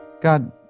God